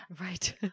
Right